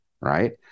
right